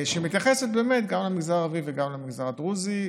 שמתייחסת גם למגזר הערבי וגם למגזר הדרוזי.